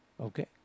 okay